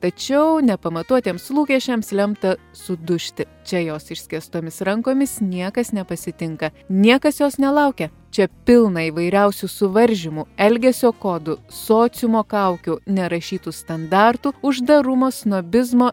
tačiau nepamatuotiems lūkesčiams lemta sudužti čia jos išskėstomis rankomis niekas nepasitinka niekas jos nelaukia čia pilna įvairiausių suvaržymų elgesio kodų sociumo kaukių nerašytų standartų uždarumo snobizmo